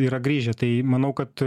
yra grįžę tai manau kad